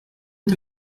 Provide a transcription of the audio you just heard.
est